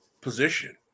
position